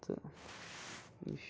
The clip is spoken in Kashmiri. تہٕ یی چھُ